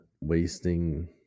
wasting